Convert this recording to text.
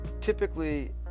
typically